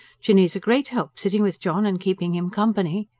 jinny's a great help sitting with john and keeping him company.